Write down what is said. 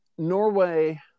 Norway